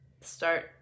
start